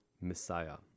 Messiah